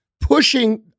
pushing